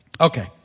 Okay